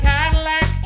Cadillac